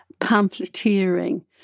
pamphleteering